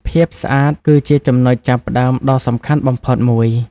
ភាពស្អាតគឺជាចំណុចចាប់ផ្តើមដ៏សំខាន់បំផុតមួយ។